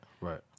right